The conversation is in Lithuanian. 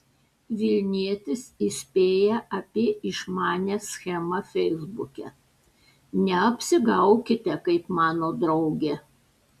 vilnietis įspėja apie išmanią schemą feisbuke neapsigaukite kaip mano draugė